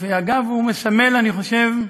ואגב, הוא מסמל, אני חושב,